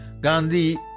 Gandhi